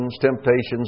temptations